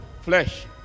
flesh